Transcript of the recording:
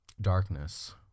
darkness